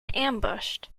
ambushed